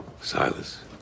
Silas